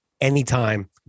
Anytime